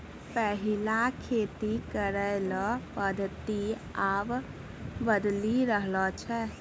पैहिला खेती करै रो पद्धति आब बदली रहलो छै